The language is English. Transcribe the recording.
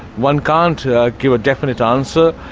one can't ah give a definite answer,